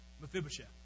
Mephibosheth